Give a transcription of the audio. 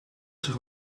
zich